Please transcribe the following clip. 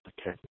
Okay